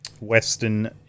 Western